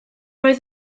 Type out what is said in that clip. oedd